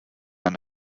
ein